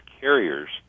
carriers